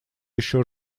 еще